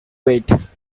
wait